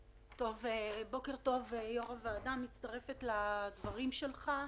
בוקר טוב, יו"ר הוועדה, אני מצטרפת לדברים שלך.